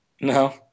No